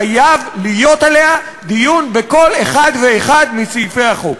חייב להיות עליה דיון בכל אחד ואחד מסעיפי החוק.